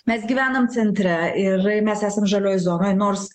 mes gyvenam centre ir mes esam žalioj zonoj nors